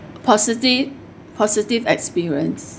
positive positive experience